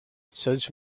such